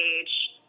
age